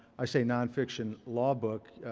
i say nonfiction law book.